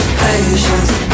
patience